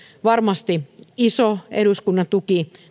varmasti iso eduskunnan tuki